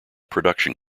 production